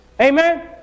Amen